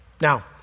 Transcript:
Now